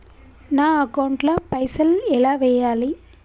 నా అకౌంట్ ల పైసల్ ఎలా వేయాలి?